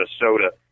Minnesota